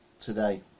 today